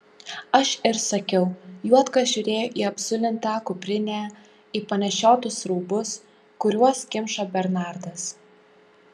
aš ir sakiau juodka žiūrėjo į apzulintą kuprinę į panešiotus rūbus kuriuos kimšo bernardas